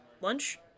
lunch